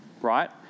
right